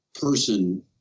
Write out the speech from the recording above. person